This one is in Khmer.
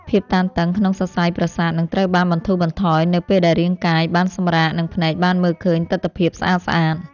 ភាពតានតឹងក្នុងសរសៃប្រសាទនឹងត្រូវបានបន្ធូរបន្ថយនៅពេលដែលរាងកាយបានសម្រាកនិងភ្នែកបានមើលឃើញទិដ្ឋភាពស្អាតៗ។